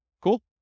Cool